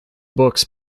books